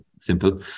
simple